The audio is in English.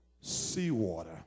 seawater